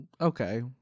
okay